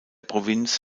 provinz